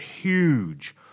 huge